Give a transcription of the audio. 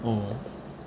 oh